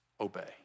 obey